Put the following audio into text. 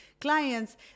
clients